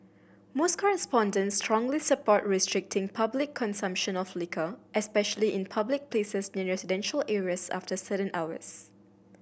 most respondents strongly support restricting public consumption of liquor especially in public places near residential areas after certain hours